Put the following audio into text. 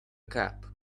cap